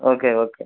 okay okay